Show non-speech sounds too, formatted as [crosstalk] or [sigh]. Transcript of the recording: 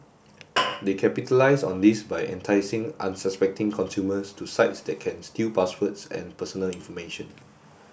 [noise] they capitalise on this by enticing unsuspecting consumers to sites that can steal passwords and personal information